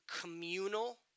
communal